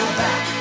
back